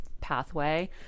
pathway